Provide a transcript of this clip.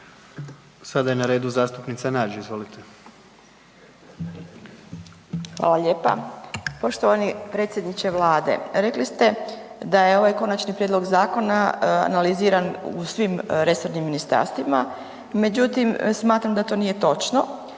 Sada je na redu zastupnica Nađ, izvolite. **Nađ, Vesna (SDP)** Hvala lijepa. Poštovani predsjedniče Vlade rekli ste da je ovaj konačni prijedlog zakona analiziran u svim resornim ministarstvima, međutim smatram da to nije točno